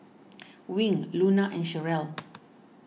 Wing Luna and Cherelle